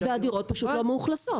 אלה הדירות שכבר מאוכלסות.